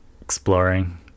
exploring